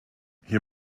hier